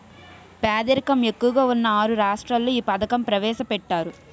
పేదరికం ఎక్కువగా ఉన్న ఆరు రాష్ట్రాల్లో ఈ పథకం ప్రవేశపెట్టారు